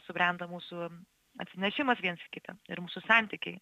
subrendo mūsų atsinešimas viens į kitą ir mūsų santykiai